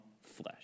flesh